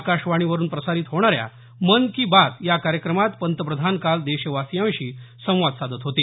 आकाशवाणीवरुन प्रसारित होणाऱ्या मन की बात या कार्यक्रमात पंतप्रधान काल देशवासियांशी संवाद साधत होते